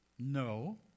No